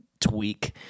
tweak